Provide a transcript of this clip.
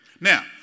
Now